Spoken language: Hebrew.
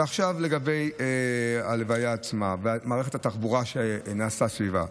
ועכשיו לגבי ההלוויה עצמה ומערכת התחבורה שנעשתה סביבה.